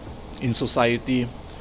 in society